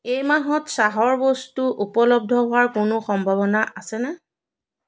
এই মাহত চাহৰ বস্তু উপলব্ধ হোৱাৰ কোনো সম্ভৱনা আছেনে